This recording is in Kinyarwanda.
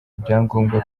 ibyangombwa